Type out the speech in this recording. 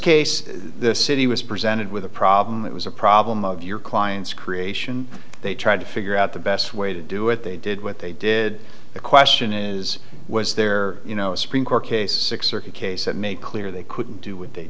case the city was presented with a problem that was a problem of your client's creation they tried to figure out the best way to do it they did what they did the question is was there you know a supreme court case case that made clear they couldn't do what they